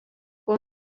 buvo